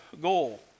goal